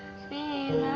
sea.